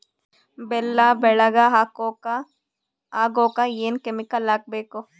ಬೆಲ್ಲ ಬೆಳಗ ಆಗೋಕ ಏನ್ ಕೆಮಿಕಲ್ ಹಾಕ್ಬೇಕು?